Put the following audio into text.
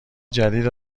جدید